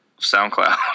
soundcloud